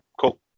cool